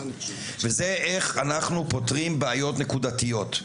וזה איך אנחנו פותרים בעיות נקודתיות,